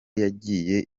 yagiye